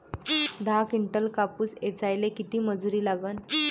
दहा किंटल कापूस ऐचायले किती मजूरी लागन?